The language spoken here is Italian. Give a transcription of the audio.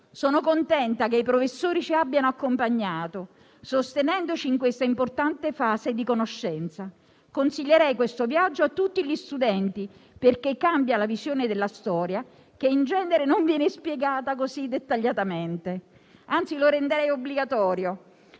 Sono contenta che i professori ci abbiamo accompagnato, sostenendoci in questa importante fase di conoscenza. Consiglierei questo viaggio a tutti gli studenti, perché cambia la visione della storia, che in genere non viene spiegata così dettagliatamente. Anzi, lo renderei obbligatorio,